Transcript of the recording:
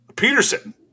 Peterson